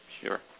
Sure